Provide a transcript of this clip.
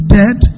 dead